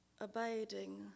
abiding